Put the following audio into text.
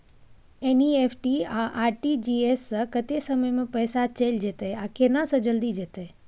NEFT आ RTGS स कत्ते समय म पैसा चैल जेतै आ केना से जल्दी जेतै?